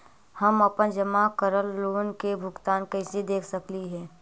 हम अपन जमा करल लोन के भुगतान कैसे देख सकली हे?